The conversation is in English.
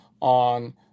on